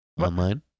Online